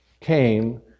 came